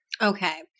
Okay